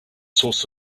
sorts